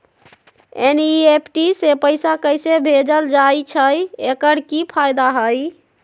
NEFT से पैसा कैसे भेजल जाइछइ? एकर की फायदा हई?